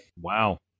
Wow